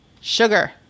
sugar